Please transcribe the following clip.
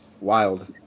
Wild